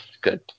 Good